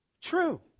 true